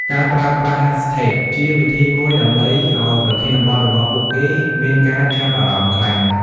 ការប្រើប្រាស់ ហាសថេក ជាវិធីមួយដើម្បីឱ្យប្រធានបទរបស់ពួកគេមានការចាប់អារម្មណ៍ខ្លាំង។